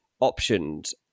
options